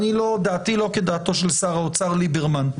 דעתי לא כדעתו של שר האוצר ליברמן,